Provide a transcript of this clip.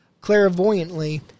clairvoyantly